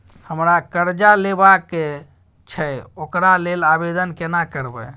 हमरा कर्जा लेबा के छै ओकरा लेल आवेदन केना करबै?